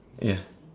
ya